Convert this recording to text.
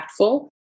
impactful